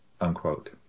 unquote